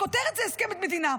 בכותרת זה הסכם עד מדינה.